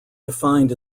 defined